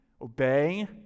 Obey